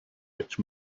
rich